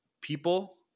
people